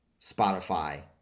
Spotify